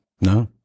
No